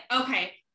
Okay